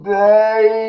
day